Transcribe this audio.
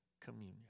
communion